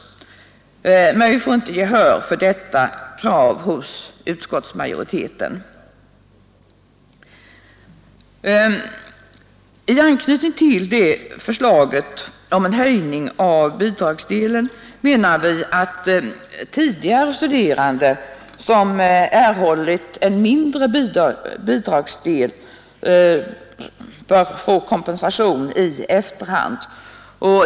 Men vi får inte gehör för detta krav hos utskottsmajoriteten. I anknytning till förslaget om en höjning av bidragsdelen menar vi att tidigare studerande som erhållit en mindre bidragsdel bör få kompensation i efterhand.